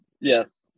yes